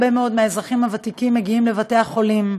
הרבה מאוד מהאזרחים הוותיקים מגיעים לבתי חולים,